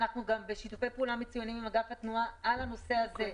אנחנו גם בשיתופי פעולה מצוינים עם אגף התנועה בנושא הזה.